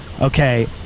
Okay